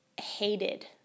hated